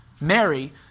Mary